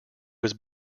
was